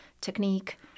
technique